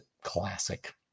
classic